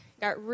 got